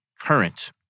current